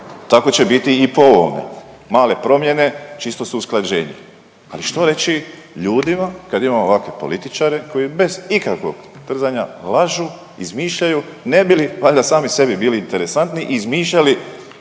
Tako će biti i po ovome. Male promjene čisto su usklađenje. Ali što reći ljudima kada imamo ovakve političare koji bez ikakvog trzanja lažu, izmišljaju ne bi li valjda sami sebi bili interesantni i izmišljali